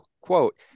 Quote